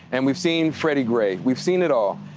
and we've seen freddie gray. we've seen it all,